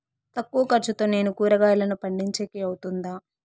తక్కువ ఖర్చుతో నేను కూరగాయలను పండించేకి అవుతుందా?